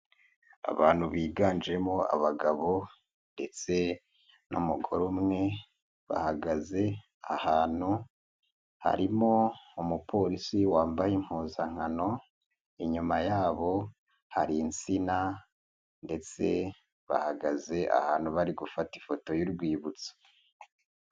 Abantu biganjemo abagabo ndetse n'umugore umwe, bahagaze ahantu harimo umuporisi wambaye impuzankano, inyuma yabo hari insina ndetse bahagaze ahantu bari gufata ifoto y'urwibutso.